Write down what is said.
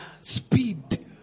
Speed